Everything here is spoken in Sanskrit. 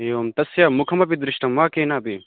एवं तस्य मुखमपि दृष्टं वा केनापि